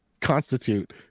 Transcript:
constitute